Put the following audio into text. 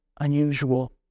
unusual